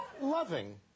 loving